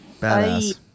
Badass